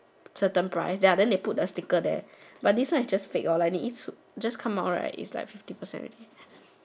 certain price ya then they put the stick there but is one is just fake lor like 你一次 just come out right then is fifty percent already